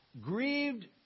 Grieved